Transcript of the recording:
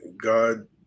God